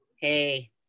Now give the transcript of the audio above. Hey